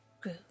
grew